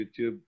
YouTube